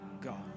God